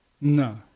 No